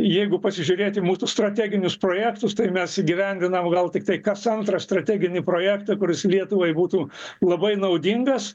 jeigu pasižiūrėt į mūsų strateginius projektus tai mes įgyvendinam gal tiktai kas antrą strateginį projektą kuris lietuvai būtų labai naudingas